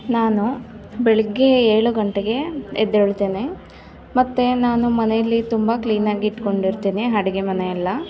ನಾನು ಬೆಳಗ್ಗೆ ಏಳು ಗಂಟೆಗೆ ಎದ್ದೇಳ್ತೇನೆ ಮತ್ತೆ ನಾನು ಮನೆಯಲ್ಲಿ ತುಂಬ ಕ್ಲೀನಾಗಿ ಇಟ್ಕೊಂಡಿರ್ತೇನೆ ಅಡ್ಗೆ ಮನೆಯೆಲ್ಲ